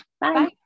Bye